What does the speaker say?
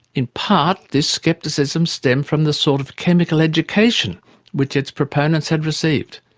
in part, this scepticism stemmed from the sort of chemical education which its proponents had received.